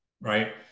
right